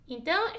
Então